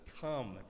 come